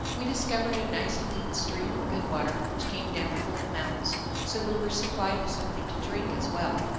we discovered a nice clean stream of good water which came down from the mountains so we were supplied with something to drink as well.